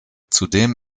zudem